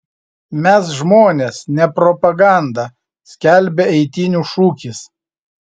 mes žmonės ne propaganda skelbia eitynių šūkis